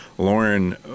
Lauren